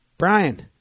Brian